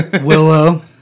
Willow